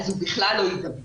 אז הוא בכלל לא יידבק.